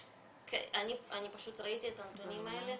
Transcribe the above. אני פשוט ראיתי את הנתונים האלה,